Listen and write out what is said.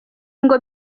ngo